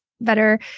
better